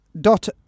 dot